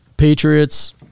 Patriots